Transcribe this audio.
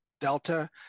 delta